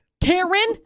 Karen